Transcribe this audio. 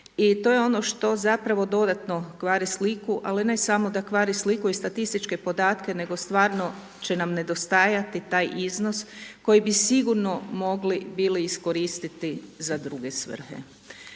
I to je ono što zapravo dodatno kvari sliku ali ne samo da kvari sliku i statističke podatke nego stvarno će nam nedostajati taj iznos koji bi sigurno mogli bili iskoristiti za druge svrhe.